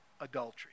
adultery